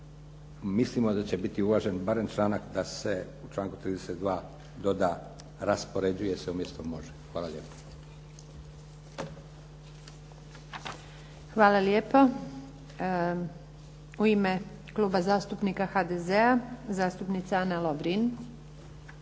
Mislimo da će biti uvažen barem članak da se u članku 32. doda "raspoređuje se" umjesto "može". Hvala lijepo. **Antunović, Željka (SDP)** Hvala lijepo. U ime Kluba zastupnika HDZ-a zastupnica Ana Lovrin.